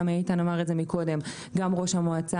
גם איתן אמר את זה מקודם; גם ראש המועצה